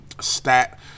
stat